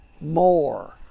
more